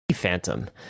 phantom